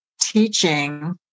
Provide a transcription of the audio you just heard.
teaching